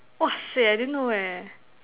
!wahseh! I didn't know eh